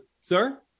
sir